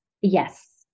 Yes